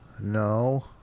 No